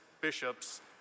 bishops